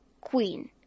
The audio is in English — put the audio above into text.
Queen